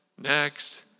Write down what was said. next